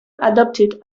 adopted